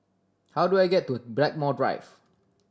how do I get to Blackmore Drive